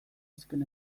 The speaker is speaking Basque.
azken